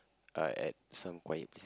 uh at some quiet place